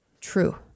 True